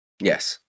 Yes